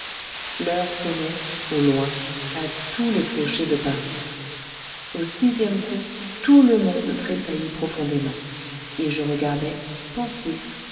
l'heure sonnait au loin à tous les clochers de paris au sixième coup tout le monde tressaillit profondément et je regardai pensif